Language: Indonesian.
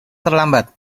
terlambat